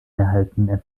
erhalten